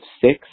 six